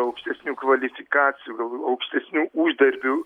aukštesnių kvalifikacijų gal ir aukštesnių uždarbių